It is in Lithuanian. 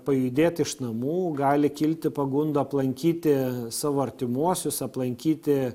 pajudėti iš namų gali kilti pagunda aplankyti savo artimuosius aplankyti